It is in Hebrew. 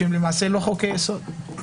שהם למעשה לא חוקי יסוד.